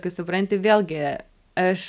kai supranti vėlgi aš